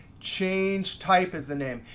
change type is the name.